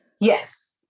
Yes